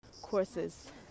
courses